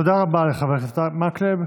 תודה רבה לחבר הכנסת מקלב.